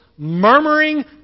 murmuring